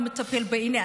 והוא מטפל בעניין.